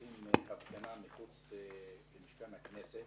מקיימים הפגנה מחוץ למשכן הכנסת,